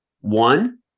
one